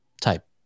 type